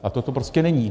A toto prostě není.